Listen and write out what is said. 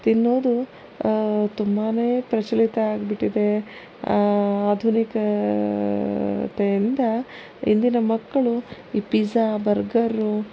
ತಿನ್ನೋದು ತುಂಬಾ ಪ್ರಚಲಿತ ಆಗಿಬಿಟ್ಟಿದೆ ಆಧುನಿಕತೆಯಿಂದ ಇಂದಿನ ಮಕ್ಕಳು ಈ ಪಿಜ್ಜಾ ಬರ್ಗರು